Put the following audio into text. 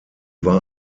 war